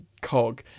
cog